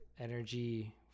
energy